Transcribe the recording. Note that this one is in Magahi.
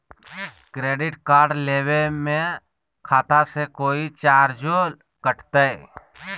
क्रेडिट कार्ड लेवे में खाता से कोई चार्जो कटतई?